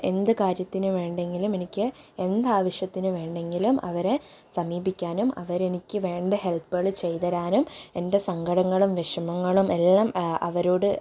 എന്ത് കാര്യത്തിന് വേണമെങ്കിലും എനിക്ക് എന്താവശ്യത്തിനു വേണമെങ്കിലും അവരെ സമീപിക്കാനും അവരെനിക്ക് വേണ്ട ഹെൽപ്പുകൾ ചെയ്തുതരാനും എൻറ്റെ സങ്കടങ്ങളും വിഷമങ്ങളും എല്ലാം അവരോട്